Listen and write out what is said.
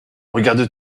regarde